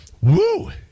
woo